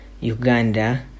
uganda